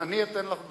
אני אתן לך דוגמה.